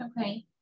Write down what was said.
Okay